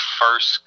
first